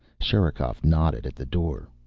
sherikov nodded at the door.